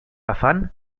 afán